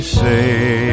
say